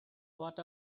what